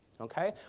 Okay